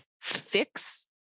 fix